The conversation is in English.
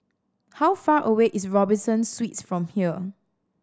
how far away is Robinson Suites from here